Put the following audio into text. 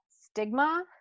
stigma